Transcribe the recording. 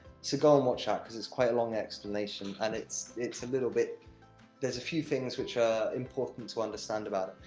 so go and watch that, because it's quite a long explanation, and it's it's a little bit there's a few things, which are important to understand about it.